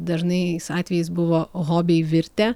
dažnais atvejais buvo hobiai virtę